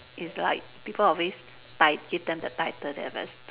it's like people always ti~ give them the title they are very stu~